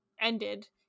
ended